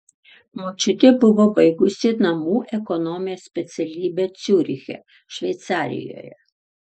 močiutė buvo baigusi namų ekonomės specialybę ciuriche šveicarijoje